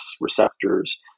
receptors